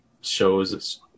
shows